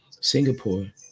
Singapore